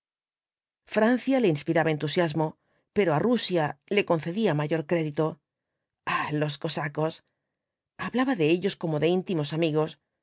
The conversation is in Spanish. francia le inspiraba entusiasmo pero á rusia le concedía mayor crédito ah los cosacos hablaba de ellos como de íntimos amigos